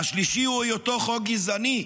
והשלישי הוא היותו חוק גזעני,